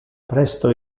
presto